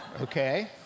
okay